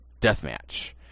deathmatch